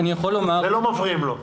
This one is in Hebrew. ולא מפריעים לו.